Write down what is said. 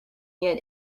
yet